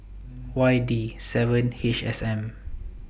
Y D seven H S M